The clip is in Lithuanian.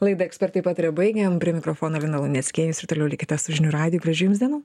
laidą ekspertai pataria baigėm prie mikrofono lina luneckienė jūs ir toliau likite su žinių radiju gražių jums dienų